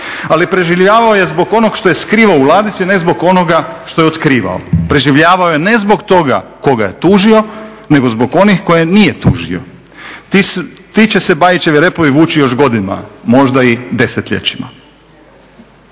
Ali preživljavao je zbog onog što je skrivao u ladici ne zbog onoga što je otkrivao. Preživljavao je ne zbog toga tko ga je tužio, nego zbog onih koje nije tužio. Ti će se Bajićevi repovi vući još godinama, možda i desetljećima,